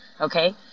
Okay